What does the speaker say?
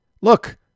Look